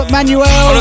Manuel